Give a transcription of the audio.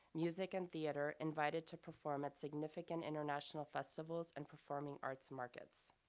music, and theater, invited to perform at significant international festivals, and performing arts markets.